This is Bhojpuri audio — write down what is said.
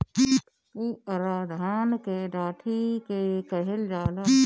पुअरा धान के डाठी के कहल जाला